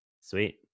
sweet